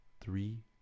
three